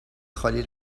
خالی